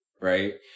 Right